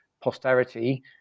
posterity